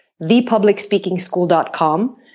thepublicspeakingschool.com